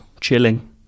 chilling